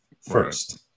First